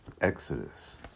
Exodus